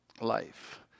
life